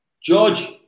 George